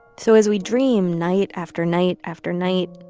so as we dream night after night after night,